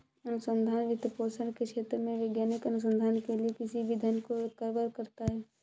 अनुसंधान वित्तपोषण के क्षेत्रों में वैज्ञानिक अनुसंधान के लिए किसी भी धन को कवर करता है